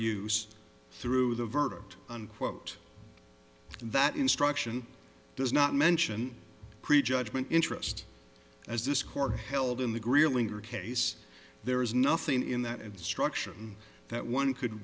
use through the verdict unquote that instruction does not mention pre judgment interest as this court held in the grilling or case there is nothing in that obstruction that one could